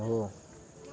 हो